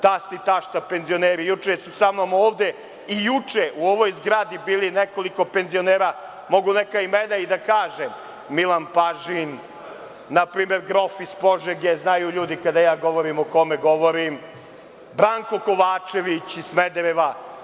Tasta i tašta takođe penzioneri, a i juče je sa mnom ovde u ovoj zgradi bilo nekoliko penzionera, mogu neka imena i da kažem: Milan Pažljin, npr. Grof iz Požege, znaju ljudi kada ja govorim o kome govorim, Branko Kovačević iz Smedereva.